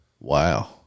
Wow